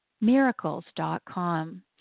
miracles.com